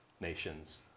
nations